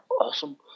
awesome